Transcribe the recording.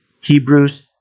Hebrews